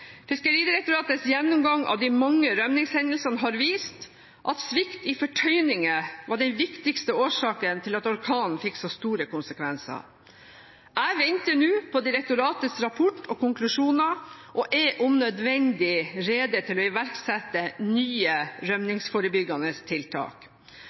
Fiskeridirektoratets gjennomgang av de mange rømningshendelsene har vist at svikt i fortøyninger var den viktigste årsaken til at orkanen fikk så store konsekvenser. Jeg venter nå på direktoratets rapport og konklusjoner og er om nødvendig rede til å iverksette nye rømningsforebyggende tiltak.